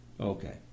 Okay